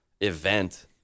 event